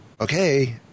okay